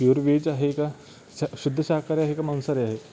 pure veg आहे का शा शुद्ध शाकाहारी आहे का मांसाहारी आहे